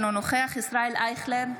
אינו נוכח ישראל אייכלר,